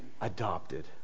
adopted